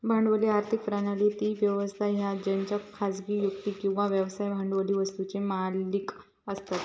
भांडवली आर्थिक प्रणाली ती व्यवस्था हा जेच्यात खासगी व्यक्ती किंवा व्यवसाय भांडवली वस्तुंचे मालिक असतत